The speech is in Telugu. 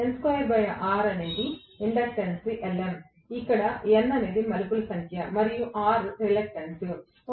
N2R అనేది ఇండక్టెన్స్ Lm ఇక్కడ N మలుపుల సంఖ్య మరియు R రిలక్టెన్స్ అయిష్టత